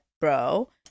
bro